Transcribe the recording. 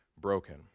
broken